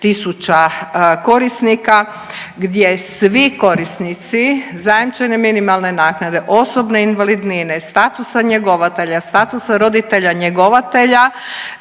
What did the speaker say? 70.000 korisnika gdje svi korisnici zajamčene minimalne naknade, osobne invalidnine, statusa njegovatelja, statusa roditelja njegovatelja